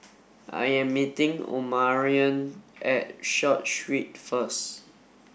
I am meeting Omarion at Short Street first